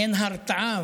אין הרתעה,